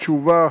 תשובה